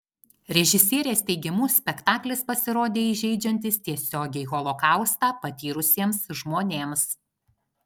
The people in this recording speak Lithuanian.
režisierės teigimu spektaklis pasirodė įžeidžiantis tiesiogiai holokaustą patyrusiems žmonėms